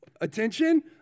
Attention